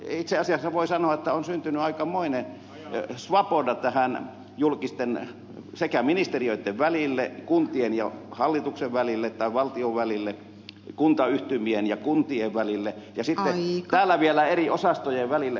itse asiassa voi sanoa että on syntynyt aikamoinen svoboda ministeriöiden välille kuntien ja hallituksen tai valtion välille kuntayhtymien ja kuntien välille ja sitten täällä vielä eri osastojen välille